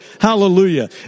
Hallelujah